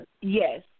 Yes